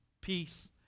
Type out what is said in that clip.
peace